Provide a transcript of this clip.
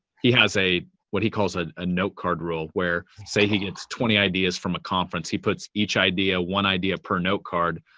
he has a what he calls a ah note card rule, where, say, he gets twenty ideas from a conference, he puts each idea, one idea per note card.